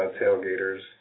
tailgaters